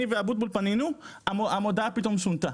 אני ואבוטבול פנינו, והמודעה פתאום שונתה.